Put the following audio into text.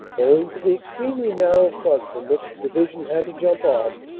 owing to the extremely narrow front from which the division had to jump off,